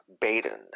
Baden